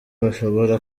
bashobora